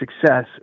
success